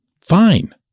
fine